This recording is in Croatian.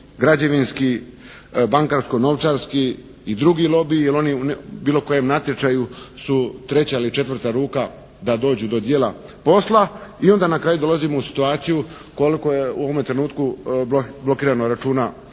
građevinski, bankarsko-novčarski i drugi lobiji, jer oni u bilo kojem natječaju su treća ili četvrta ruka da dođu do djela posla. I onda na kraju dolazimo u situaciju koliko je u ovome trenutku blokirano računa